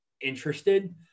interested